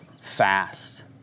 fast